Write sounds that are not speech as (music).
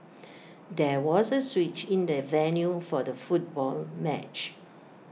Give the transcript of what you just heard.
(noise) there was A switch in the venue for the football match